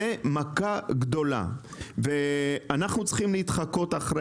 זו מכה גדולה ואנחנו צריכים להתחקות אחר